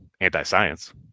anti-science